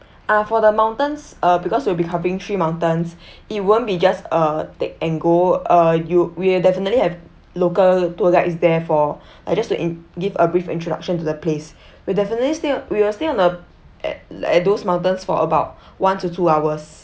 uh for the mountains uh because we'll be covering three mountains it won't be just a take and go uh you we'll definitely have local tour guides there for uh just to give a brief introduction to the place will definitely stay we will stay on the at at those mountains for about one to two hours